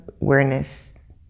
awareness